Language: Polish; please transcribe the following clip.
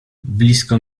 blisko